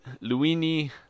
Luini